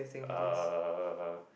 uh